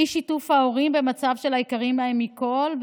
אי-שיתוף ההורים במצב של היקרים להם מכול,